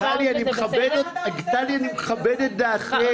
טלי, אני מכבד את דעתך.